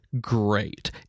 great